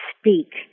speak